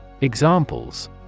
Examples